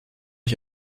ich